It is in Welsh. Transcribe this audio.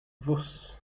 fws